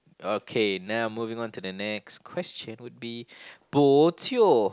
okay now moving onto the next question would be bo jio